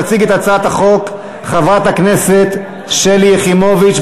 תציג את הצעת החוק חברת הכנסת שלי יחימוביץ.